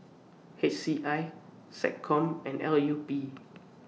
H C I Sec Com and L U P